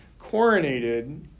coronated